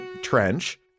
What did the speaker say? trench